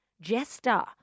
jester